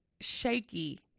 shaky